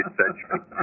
century